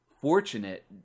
fortunate